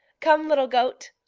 come, little goat.